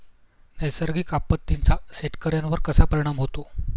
नैसर्गिक आपत्तींचा शेतकऱ्यांवर कसा परिणाम होतो?